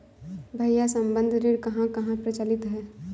भैया संबंद्ध ऋण कहां कहां प्रचलित है?